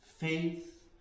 faith